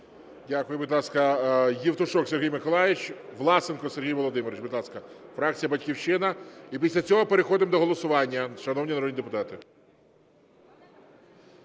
Дякую. Будь ласка, Євтушок Сергій Миколайович. Власенко Сергій Володимирович, будь ласка, фракція "Батьківщина". І після цього переходимо до голосування, шановні народні депутати.